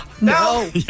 No